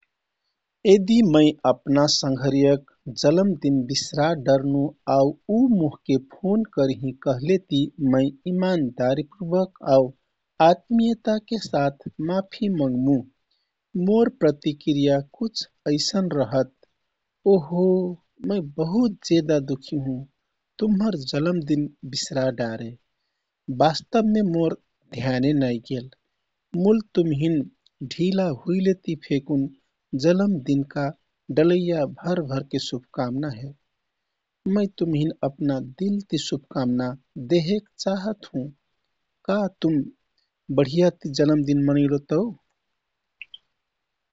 यदि मै अपना संघरियाक लजम दिन बिसरा डरनु आउ उ मोहके फोन करहिँ कहलेति मै इमानदारी पूर्वक आउ आत्मीयताके साथ माफी मंमु। मोर प्रतिक्रिया कुछ ऐसन रहतः "ओहो! मै बहुत जेदा दुःखी हुँ। तुम्हर जलम दिन बिसरा डारे। वास्तवमे मोर ध्यान नाइ गेल, मुल तुमहिन ढिला हुइलेति फेकुन लजम दिनका डलैया भर भरके शुभकामना हे। मै तुमहिन अपना दिलती शुभकामना देहेक चाहत हुँ। का तुम बढियाति जलम दिन मनैलो तौ।